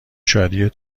شادی